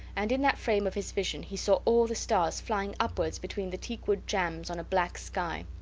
and in that frame of his vision he saw all the stars flying upwards between the teakwood jambs on a black sky.